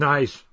Nice